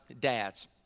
dads